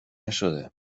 نشده